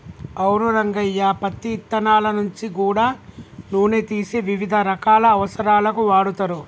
అవును రంగయ్య పత్తి ఇత్తనాల నుంచి గూడా నూనె తీసి వివిధ రకాల అవసరాలకు వాడుతరు